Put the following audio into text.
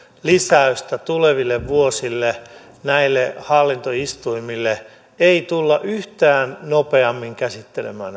lisäystä tuleville vuosille näille hallintoistuimille ei tulla yhtään nopeammin käsittelemään